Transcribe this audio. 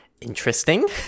Interesting